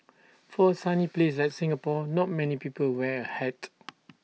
for A sunny place like Singapore not many people wear A hat